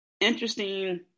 interesting